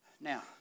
Now